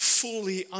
fully